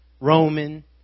Roman